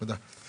תודה.